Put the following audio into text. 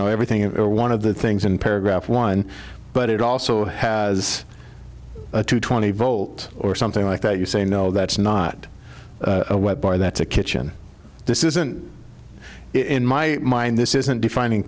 know everything it one of the things in paragraph one but it also has two twenty volt or something like that you say no that's not what by that's a kitchen this isn't in my mind this isn't defining